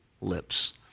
lips